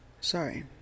Sorry